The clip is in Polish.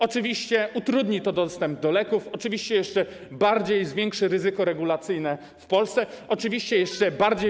Oczywiście utrudni to dostęp do leków, oczywiście jeszcze bardziej zwiększy ryzyko regulacyjne w Polsce, oczywiście jeszcze bardziej.